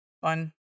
one